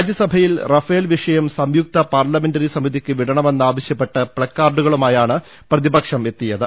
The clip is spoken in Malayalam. രാജ്യസഭയിൽ റഫേൽ വിഷയം സംയുക്ത പാർലമെന്ററി സമിതിക്ക് വിടണമെ ന്നാവശ്യപ്പെട്ട് പ്ലക്കാർഡുകളുമായാണ് പ്രതിപക്ഷം സഭയിലെത്തി യത്